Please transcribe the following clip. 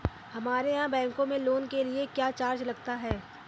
हमारे यहाँ बैंकों में लोन के लिए क्या चार्ज लगता है?